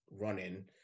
running